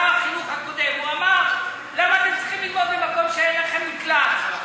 שר החינוך הקודם אמר: למה אתם צריכים ללמוד במקום שאין לכם מקלט?